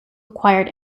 acquired